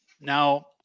Now